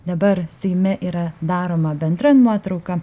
dabar seime yra daroma bendra nuotrauka